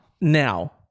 Now